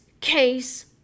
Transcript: case